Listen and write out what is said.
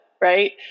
right